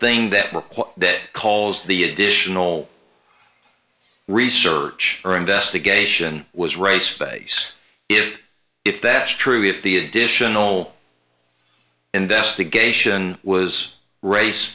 thing that that calls the additional research or investigation was race pace if if that's true if the additional investigation was race